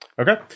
Okay